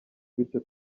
bityo